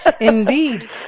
indeed